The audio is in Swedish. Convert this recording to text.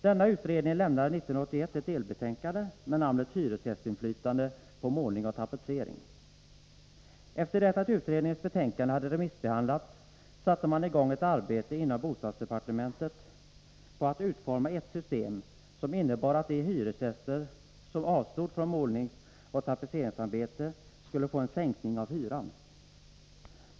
Denna utredning lämnade 1981 ett delbetänkande med namnet Hyresgästinflytande på målning och tapetsering. Efter det att utredningens betänkande hade remissbehandlats satte man inom bostadsdepartementet i gång ett arbete med att utforma ett system som innebar att de hyresgäster som avstod från målningsoch tapetseringsarbeten skulle få en sänkning av hyran.